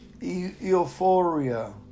euphoria